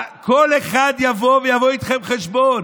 כל אחד יבוא איתכם חשבון.